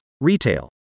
retail